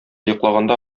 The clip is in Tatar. йоклаганда